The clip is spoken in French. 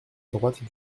droite